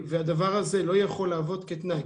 הדבר הזה לא יכול לעבוד כתנאי.